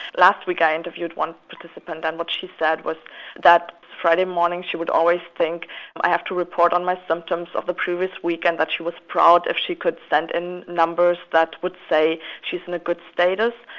last week i interviewed one participant and what she said was that friday morning she would always think i have to report on my symptoms of the previous week and that she was proud if she could send in numbers that would say she is in a good status.